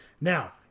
Now